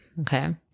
okay